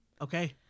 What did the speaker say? Okay